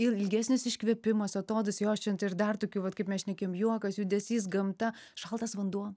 ilgesnis iškvėpimas atodūsį jo čion ir dar tokių vat kaip mes šnekėjom juokas judesys gamta šaltas vanduo